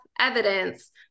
evidence